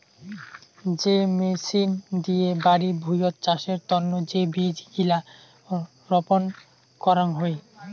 যে মেচিন দিয়ে বাড়ি ভুঁইয়ত চাষের তন্ন যে বীজ গিলা রপন করাং হই